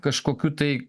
kažkokiu tai